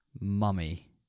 mummy